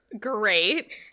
Great